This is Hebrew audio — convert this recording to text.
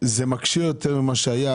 זה מקשה יותר ממה שהיה?